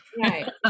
Right